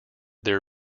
their